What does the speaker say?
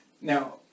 Now